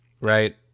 right